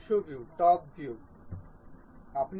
আমরা OK এ click করব